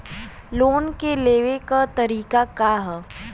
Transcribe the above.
Loan के लेवे क तरीका का ह?